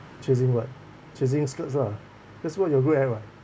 chasing what chasing skirts lah that's what you're good at [what]